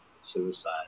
suicide